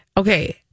Okay